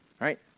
right